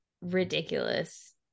ridiculous